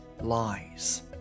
lies